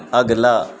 اگلا